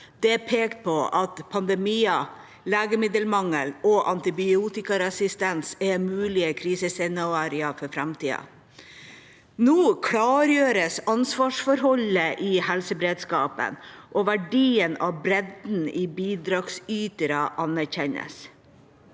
Det er pekt på at pandemier, legemiddelmangel og antibiotikaresistens er mulige krisescenarioer i framtida. Nå klargjøres ansvarsforholdet i helseberedskapen, og verdien av bredden i bidragsytere anerkjennes.